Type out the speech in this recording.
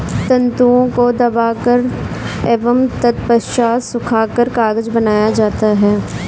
तन्तुओं को दबाकर एवं तत्पश्चात सुखाकर कागज बनाया जाता है